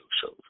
shows